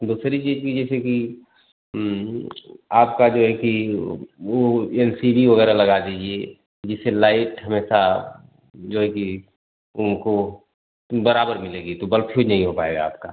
दूसरी चीज कि जैसे कि आपका जो है कि वो एल सी डी वगैरह लगा दीजिए जिससे लाइट हमेशा जो है कि उनको बराबर मिलेगी तो बल्ब फ्यूज नहीं हो पाएगा आपका